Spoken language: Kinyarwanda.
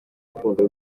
rukundo